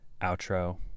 outro